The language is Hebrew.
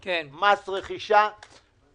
כי חייבו אותם לעבוד בגנים,